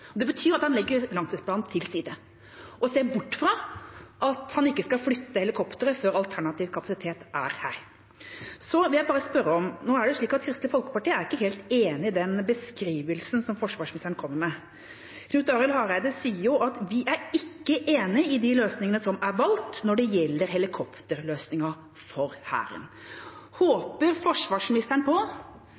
Det betyr at han legger langtidsplanen til side og ser bort fra at han ikke skal flytte helikoptre før alternativ kapasitet er her. Så vil jeg bare spørre: Det er jo slik at Kristelig Folkeparti ikke er helt enig i den beskrivelsen som forsvarsministeren kommer med. Representanten Knut Arild Hareide sier: «Vi er ikke enig i de løsningene som er valgt, når det gjelder helikopterløsningen for Hæren.» Håper forsvarsministeren på